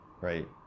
right